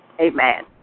Amen